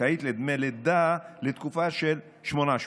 זכאית לדמי לידה לתקופה של שמונה שבועות.